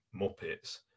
*Muppets*